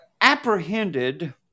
apprehended